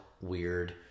weird